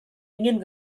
ingin